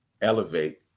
elevate